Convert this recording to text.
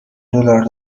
دلار